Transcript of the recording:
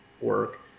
work